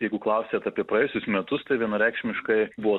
jeigu klausiat apie praėjusius metus tai vienareikšmiškai buvo